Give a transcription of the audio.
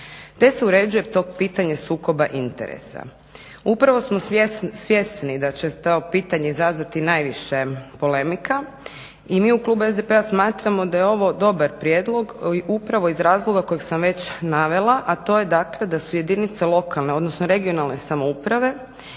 te se uređuje tok pitanja sukoba interesa. Upravo smo svjesni da će to pitanje izazvati najviše polemika. I mi u klubu SDP-a smatramo da je ovo dobar prijedlog upravo iz razloga kojeg sam već navela, a to je dakle, da su jedinice lokalne odnosno regionalne samouprave